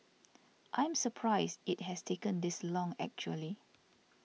I'm surprised it has taken this long actually